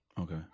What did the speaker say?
Okay